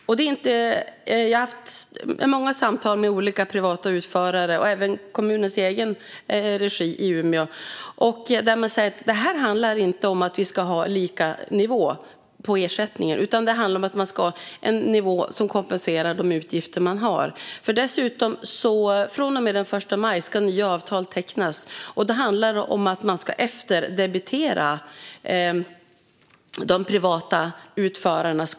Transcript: Jag har haft många samtal med olika privata utförare och även med dem i kommunens egen regi i Umeå. De säger att detta inte handlar om att det ska vara lika nivå på ersättningen, utan det handlar om att det ska vara en nivå som kompenserar de utgifter utförarna har. Från och med den 1 maj ska nya avtal tecknas, och de privata utförarnas kostnader ska efterdebiteras.